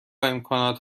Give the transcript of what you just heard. امکانات